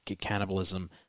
cannibalism